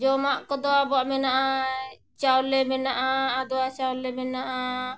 ᱡᱚᱢᱟᱜ ᱠᱚᱫᱚ ᱟᱵᱚᱣᱟᱜ ᱢᱮᱱᱟᱜᱼᱟ ᱪᱟᱣᱞᱮ ᱢᱮᱱᱟᱜᱼᱟ ᱟᱫᱣᱟ ᱪᱟᱣᱞᱮ ᱢᱮᱱᱟᱜᱼᱟ